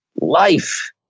life